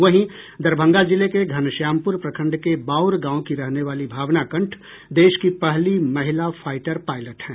वहीं दरभंगा जिले के धनश्यामपुर प्रखंड के बाउर गांव की रहने वाली भावना कंठ देश की पहली महिला फाईटर पायलट हैं